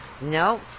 No